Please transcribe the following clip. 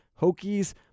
Hokies